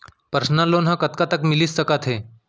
Personal loan ह कतका तक मिलिस सकथे?